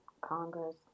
Congress